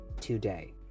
today